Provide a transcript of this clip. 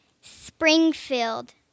Springfield